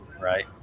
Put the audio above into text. right